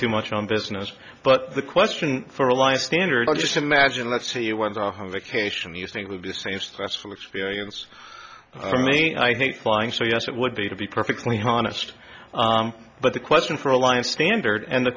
too much on business but the question for a lie standard just imagine let's say you went off the case and you think would be the same stressful experience for me i think flying so yes it would be to be perfectly honest but the question for alliance standard and the